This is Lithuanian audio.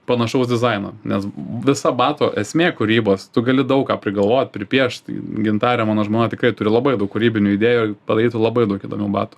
panašaus dizaino nes visa bato esmė kūrybos tu gali daug ką prigalvot pripiešt gintarė mano žmona tikrai turi labai daug kūrybinių idėjų padarytų labai daug įdomių batų